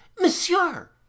monsieur